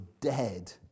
dead